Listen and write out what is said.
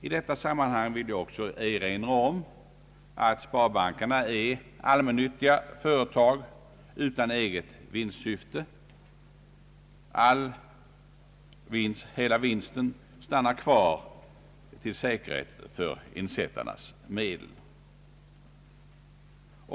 I detta sammanhang vill jag också erinra om att sparbankerna är allmännyttiga företag utan egna vinstsyften. Hela vinsten utgör en säkerhet för insättarna.